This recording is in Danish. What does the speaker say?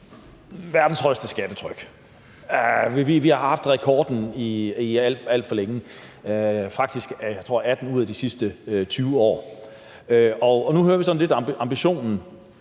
verdens højeste skattetryk. Vi har haft rekorden alt for længe – faktisk i 18, tror jeg, ud af de sidste 20 år. Nu hører vi, at ambitionen